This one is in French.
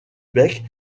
bec